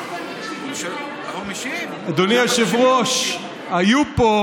אדוני היושב-ראש, היו פה